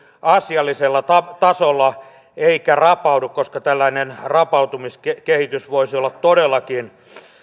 asiallisella tasolla eikä rapaudu koska tällainen rapautumiskehitys voisi olla todellakin